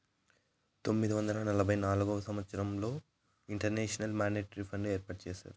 పంతొమ్మిది వందల నలభై నాల్గవ సంవచ్చరంలో ఇంటర్నేషనల్ మానిటరీ ఫండ్ని ఏర్పాటు చేసినారు